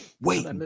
Wait